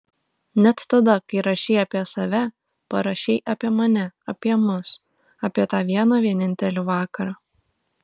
net tada kai rašei apie save parašei apie mane apie mus apie tą vieną vienintelį vakarą